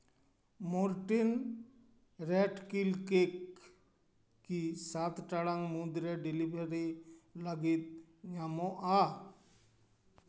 Mortein ᱨᱮᱴ ᱠᱤᱞ ᱠᱮᱠ ᱠᱤ ᱥᱟᱛ ᱴᱟᱲᱟᱝ ᱢᱩᱫᱽᱨᱮ ᱰᱮᱞᱤᱵᱷᱟᱹᱨᱤ ᱞᱟᱹᱜᱤᱫ ᱧᱟᱢᱚᱜᱼᱟ